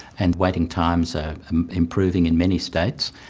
and waiting times are improving in many states.